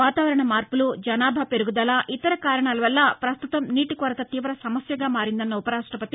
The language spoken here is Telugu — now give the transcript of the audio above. వాతావరణ మార్పులు జనాభా పెరుగుదల ఇతర కారణాల వల్ల ప్రస్తుతం నీటి కొరత తీవ సమస్యగా మారిందన్న ఉపరాష్టపతి